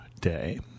day